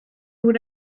would